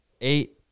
Eight